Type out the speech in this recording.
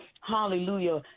Hallelujah